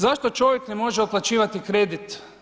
Zašto čovjek ne može otplaćivati kredit?